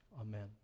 Amen